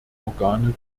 organe